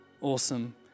Awesome